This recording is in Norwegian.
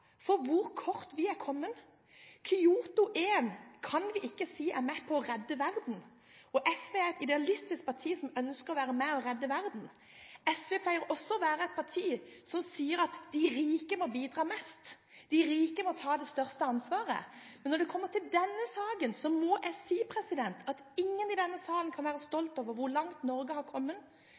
for hvor kort vi er kommet. Kyoto 1 kan vi ikke si er med på å redde verden – og SV er et idealistisk parti som ønsker å være med og redde verden. SV pleier også å være et parti som sier at de rike må bidra mest – de rike må ta det største ansvaret. Men når det kommer til denne saken, må jeg si at ingen i denne salen kan være stolte over hvor langt Norge har kommet,